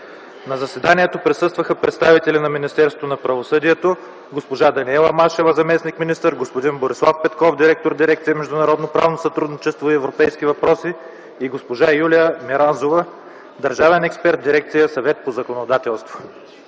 На заседанието присъстваха представители на Министерство на правосъдието: госпожа Даниела Машева – заместник–министър, господин Борислав Петков – директор дирекция „Международно правно сътрудничество и европейски въпроси”, и госпожа Юлия Меранзова – държавен експерт в дирекция „Съвет по законодателство”.